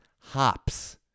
hops